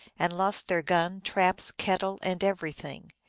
and lost their gun, traps, kettle, and everything.